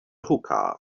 hookah